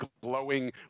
glowing